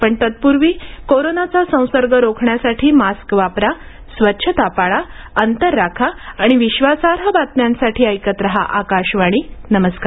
पण तत्पूर्वी कोरोनाचा संसर्ग रोखण्यासाठी मास्क वापरा स्वच्छता पाळा अंतर राखा आणि विश्वासार्ह बातम्यांसाठी ऐकत रहा आकाशवाणी नमस्कार